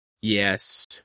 Yes